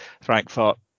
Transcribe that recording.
Frankfurt